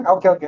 Okay